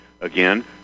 again